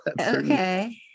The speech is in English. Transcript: okay